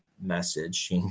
message